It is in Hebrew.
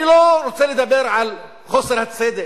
אני לא רוצה לדבר על חוסר הצדק,